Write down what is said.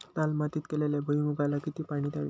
लाल मातीत केलेल्या भुईमूगाला किती पाणी द्यावे?